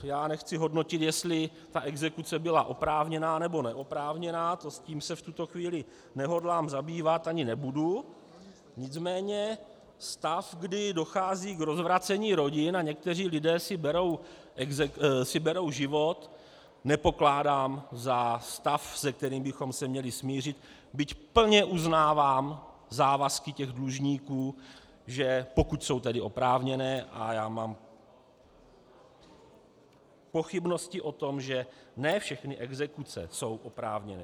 Já nechci hodnotit, jestli ta exekuce byla oprávněná, nebo neoprávněná, tím se v tuto chvíli nehodlám zabývat, ani nebudu, nicméně stav, kdy dochází k rozvracení rodin a někteří lidé si berou život, nepokládám za stav, se kterým bychom se měli smířit, byť plně uznávám závazky těch dlužníků, pokud jsou tedy oprávněné, a já mám pochybnosti o tom, že ne všechny exekuci jsou oprávněné.